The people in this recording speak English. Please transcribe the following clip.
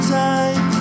time